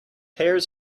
pears